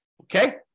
Okay